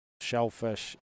shellfish